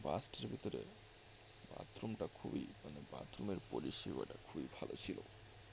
বাসটের ভিতরে বাথরুমটা খুবই মানে বাথরুমের পরিষেবাটা খুবই ভালো ছিলো